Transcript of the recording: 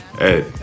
Ed